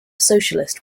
socialist